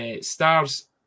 Stars